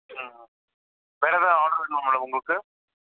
ம் ம் வேறு எதாவது ஆட்ரு வேணுமா மேம் உங்களுக்கு